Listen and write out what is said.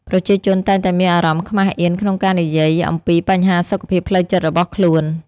ប្រជាជនតែងតែមានអារម្មណ៍ខ្មាសអៀនក្នុងការនិយាយអំពីបញ្ហាសុខភាពផ្លូវចិត្តរបស់ខ្លួន។